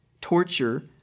torture